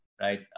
Right